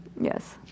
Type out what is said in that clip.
yes